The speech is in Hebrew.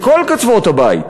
מכל קצוות הבית,